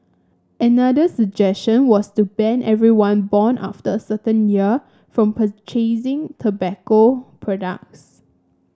another suggestion was to ban everyone born after a certain year from purchasing tobacco products